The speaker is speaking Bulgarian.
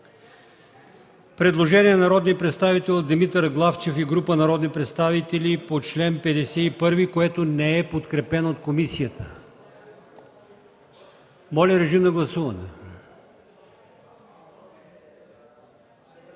предложението на народния представител Димитър Главчев и група народни представители по чл. 51, което не е подкрепено от комисията. Гласували